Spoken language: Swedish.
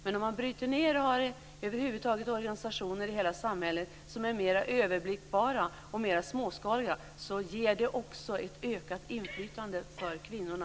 Men om man bryter ned och har organisationer i hela samhället som är mera överblickbara och mera småskaliga ger det också ett ökat inflytande för kvinnorna.